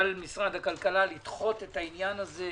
והכלכלה לדחות את העניין הזה,